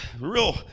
real